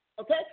okay